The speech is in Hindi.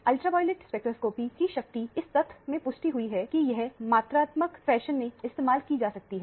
अल्ट्रावॉयलेट स्पेक्ट्रोस्कोपी की शक्ति इस तथ्य से छुपी हुई है की यह मात्रात्मक फैशन में इस्तेमाल कि जा सकती है